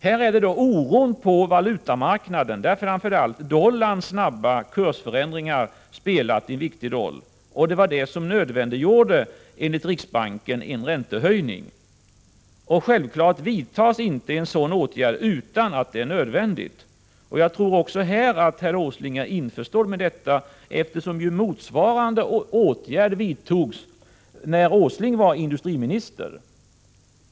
Här är det oron på valutamarknaden, framför allt dollarns snabba kursförändringar, som spelat en viktig roll. Det var detta som nödvändiggjorde, enligt riksbanken, en räntehöjning. Självfallet vidtas en sådan här åtgärd inte utan att det är nödvändigt, och jag tror att herr Åsling är införstådd även med detta, eftersom motsvarande åtgärd vidtogs när herr Åsling var industriminister.